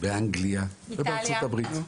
באנגליה ובארצות הברית.